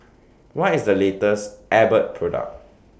What IS The latest Abbott Product